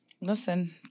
listen